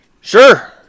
Sure